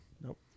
Nope